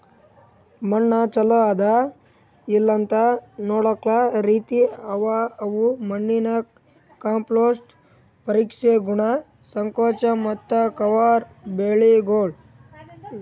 ಮಣ್ಣ ಚಲೋ ಅದಾ ಇಲ್ಲಾಅಂತ್ ನೊಡ್ಲುಕ್ ರೀತಿ ಅವಾ ಅವು ಮಣ್ಣಿನ ಕಾಂಪೋಸ್ಟ್, ಪರೀಕ್ಷೆ, ಗುಣ, ಸಂಕೋಚ ಮತ್ತ ಕವರ್ ಬೆಳಿಗೊಳ್